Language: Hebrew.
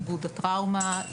עיבוד הטראומה,